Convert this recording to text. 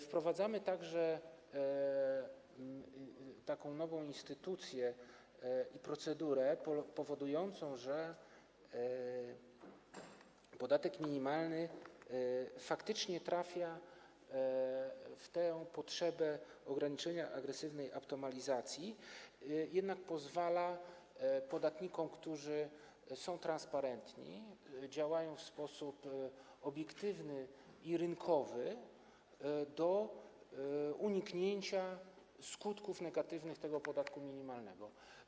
Wprowadzamy także taką nową instytucję, procedurę powodującą, że podatek minimalny faktycznie trafia w tę potrzebę ograniczenia agresywnej optymalizacji, jednak pozwala podatnikom, którzy są transparentni, działają w sposób obiektywny i rynkowy, na uniknięcie skutków negatywnych tego podatku minimalnego.